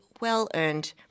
well-earned